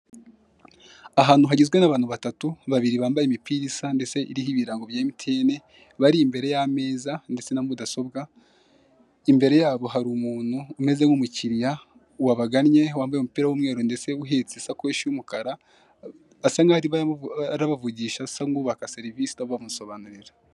Ahantu hagizwe n'abantu batatu, babiri bambaye imipira isa ndetse iriho ibirango nya Emutiyeni. Bari imbere y'ameza ndetse na mudasobw, imbere yabo hari umuntu umeze nk'umukiriya wabagannye, wambaye umupira w'umweru ndetse uhetse isakoshe y'umukara. Asa nk'aho arimo arabavugisha, asa nk'ubaka serivisi bamusobanurira.